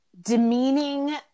demeaning